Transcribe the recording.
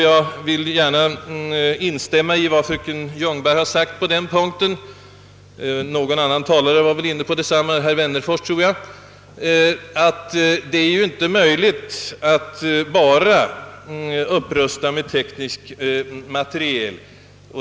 Jag vill gärna instämma i vad fröken Ljungberg och herr Wennerfors sade om att det inte är möjligt att göra en upprustning bara med tekniska hjälpmedel.